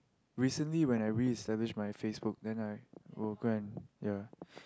recently when I reinstalling my Facebook then I will go and ya